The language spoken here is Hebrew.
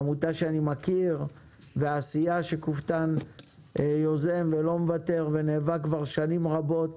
עמותה שאני מכיר והעשייה שקופטאן יוזם ולא מוותר ונאבק כבר שנים רבות